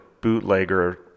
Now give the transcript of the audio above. bootlegger